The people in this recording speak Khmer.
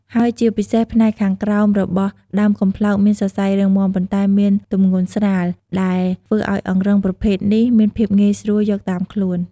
ហើយជាពិសេសផ្នែកខាងក្រោមរបស់ដើមកំប្លោក មានសរសៃរឹងមាំ ប៉ុន្តែមានទម្ងន់ស្រាល ដែលធ្វើឲ្យអង្រឹងប្រភេទនេះមានភាពងាយស្រួលយកតាមខ្លួន។